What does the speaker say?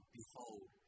behold